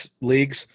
leagues